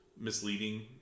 misleading